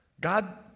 God